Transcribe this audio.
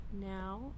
now